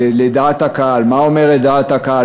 לדעת הקהל: מה אומרת דעת הקהל?